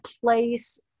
place